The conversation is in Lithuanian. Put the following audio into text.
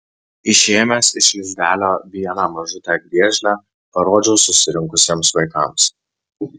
išėmęs iš lizdelio vieną mažutę griežlę parodžiau susirinkusiems vaikams